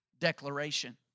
declaration